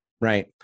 Right